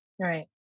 Right